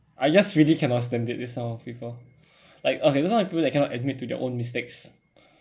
I just really cannot stand it this kind of people like okay got some people that cannot admit to their own mistakes